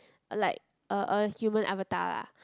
like a a human avatar lah